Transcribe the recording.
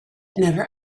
never